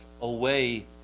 away